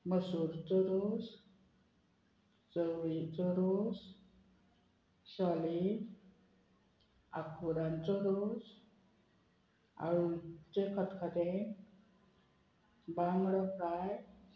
मसूरचो रूस चोवळींचो रूस सोली आखुरांचो रूस आळुचें खतखतें बांगडो फ्राय